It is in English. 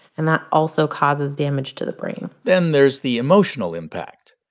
and that also causes damage to the brain then there's the emotional impact.